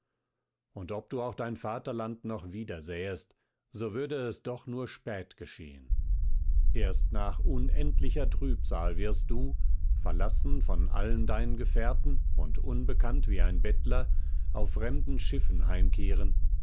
und ob du auch dein vaterland noch wieder sähest so würde es doch nur spät geschehen erst nach unendlicher trübsal wirst du verlassen von allen deinen gefährten und unbekannt wie ein bettler auf fremden schiffen heimkehren